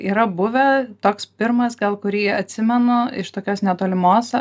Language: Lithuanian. yra buvę toks pirmas gal kurį atsimenu iš tokios netolimos